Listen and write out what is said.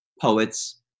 poets